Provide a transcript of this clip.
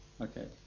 Okay